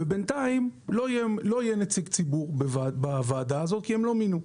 בינתיים לא יהיה נציג ציבור בוועדה הזאת כי הם לא מינו.